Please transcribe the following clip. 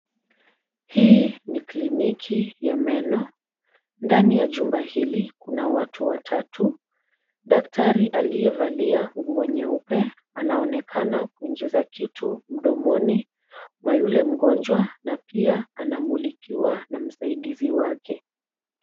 Hii ni kliniki ya meno, ndani ya jumba hili kuna watu watatu, daktari aliyevalia nguo nyeupe anaonekana kuingiza kitu mdomoni mwa yule mgonjwa na pia anamulikiwa na msaidizi wake.